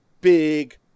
big